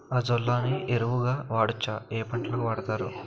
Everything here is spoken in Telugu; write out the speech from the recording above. అజొల్లా ని ఎరువు గా వాడొచ్చా? ఏ పంటలకు వాడతారు?